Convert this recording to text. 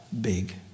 big